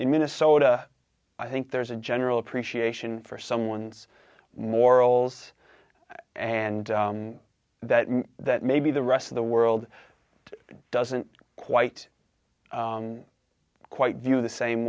minnesota i think there's a general appreciation for someone's morals and that that maybe the rest of the world doesn't quite quite view the same